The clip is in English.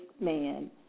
man